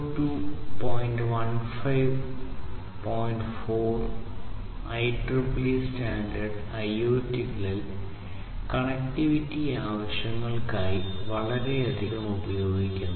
4 IEEE standard IoT ൽ connectivity ആവശ്യങ്ങൾക്കായി വളരെയധികം ഉപയോഗിക്കുന്നു